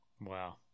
Wow